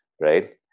right